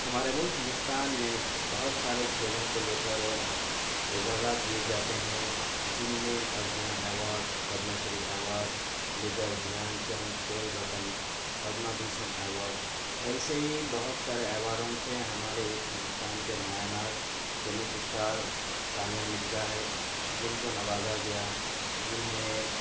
ہمارے ملک ہندوستان میں بہت سارے کھیلوں کو لے کر اعزازات دیے جاتے ہیں جن میں Arjuna award Padma Shri award Major Dhyan Chand Khel Ratna Padma Bhushan award ایسے ہی بہت سارے ایوارڈوں سے ہمارے ایک ہندوستان کے مایہ ناز ٹینس اسٹار ثانیہ مرزا ہے جن کو نوازا گیا جنہیں